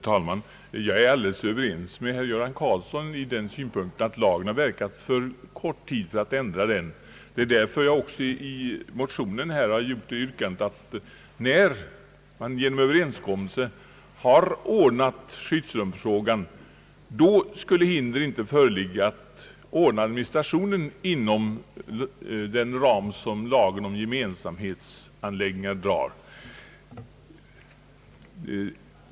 Herr talman! Jag är helt överens med herr Göran Karlsson om att lagen har verkat för kort tid för att man re dan skall ändra den. Det är också därför som jag i motionen yrkat att när man genom överenskommelse har ordnat skyddsrumsfrågan, skall hinder inte föreligga att ordna administrationen inom den ram som lagen om gemensamhetsanläggningar föreskriver.